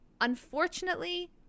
Unfortunately